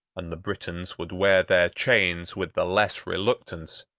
and the britons would wear their chains with the less reluctance,